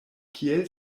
kiel